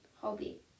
Hobby